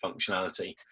functionality